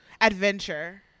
adventure